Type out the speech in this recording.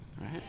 right